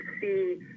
see